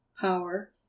power